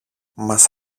μας